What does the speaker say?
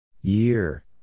Year